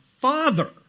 father